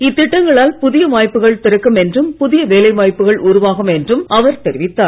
இத்திட்டங்களால் புதிய வாய்ப்புகள் திறக்கும் என்றும் புதிய வேலை வாய்ப்புகள் உருவாகும் என்றும் அவர் தெரிவித்தார்